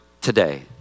today